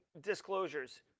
disclosures